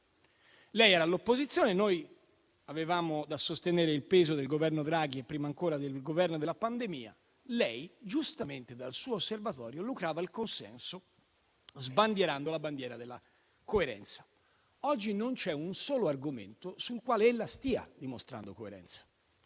Lei era all'opposizione, mentre noi avevamo da sostenere il peso del Governo Draghi e prima ancora del Governo della pandemia. Lei giustamente, dal suo osservatorio, lucrava il consenso sbandierando la bandiera della coerenza. Oggi non c'è un solo argomento sul quale ella stia dimostrando coerenza.